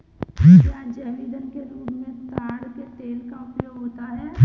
क्या जैव ईंधन के रूप में ताड़ के तेल का उपयोग होता है?